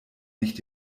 nicht